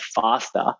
faster